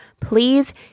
please